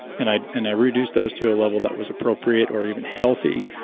and i and i reduce those to a level that was appropriate or even healthy,